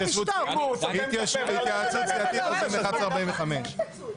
יוצאים להתייעצות סיעתית, חוזרים ב-11:45.